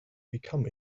become